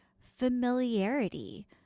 familiarity